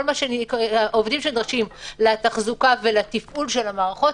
עובדים שנדרשים לתחזוקה ולתפעול של המערכות,